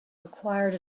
required